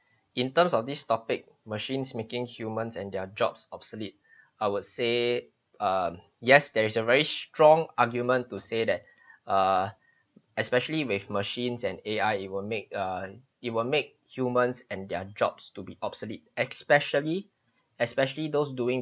in terms of this topic machines making humans and their jobs obsolete I would say uh yes there is a very strong argument to say that uh especially with machines and A_I it will make uh it will make humans and their jobs to be obsolete especially especially those doing